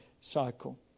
cycle